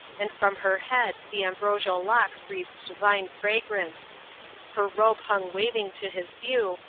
and from her head the ambrosial locks breathed divine fragrance her robe hung waving to his view,